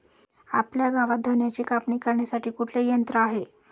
आपल्या गावात धन्याची कापणी करण्यासाठी कुठले यंत्र आहे?